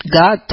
God